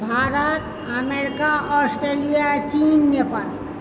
Bharat America Australia चीन नेपाल